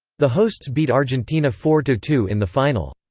the hosts beat argentina four two two in the final.